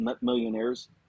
millionaires